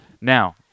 Now